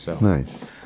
Nice